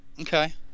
Okay